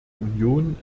union